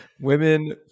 Women